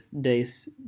days